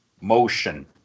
Motion